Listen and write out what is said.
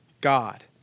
God